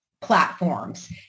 platforms